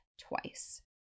twice